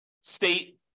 state